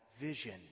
vision